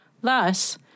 Thus